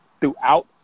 throughout